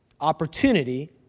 opportunity